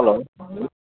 hello